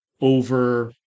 over